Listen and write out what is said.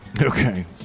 Okay